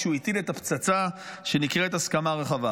כשהוא הטיל את הפצצה שנקראת "הסכמה רחבה".